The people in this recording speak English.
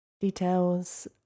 Details